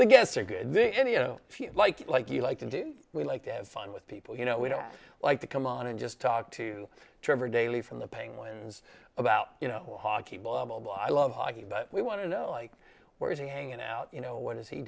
the guests are good any you know if you like like you like to do we like to have fun with people you know we don't like to come on and just talk to trevor daley from the penguins about you know hockey blah blah blah i love hockey but we want to know where is he hanging out you know what does he